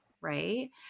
right